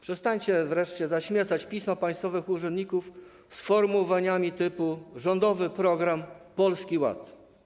Przestańcie wreszcie zaśmiecać pisma państwowych urzędników sformułowaniami typu: rządowy program Polski Ład.